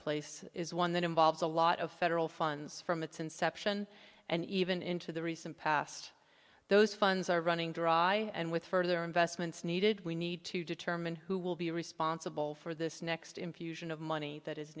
marketplace is one that involves a lot of federal funds from its inception and even into the recent past those funds are running dry and with further investments needed we need to determine who will be responsible for this next infusion of money that is